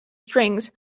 strings